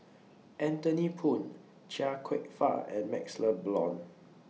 Anthony Poon Chia Kwek Fah and MaxLe Blond